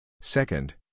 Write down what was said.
Second